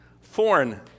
foreign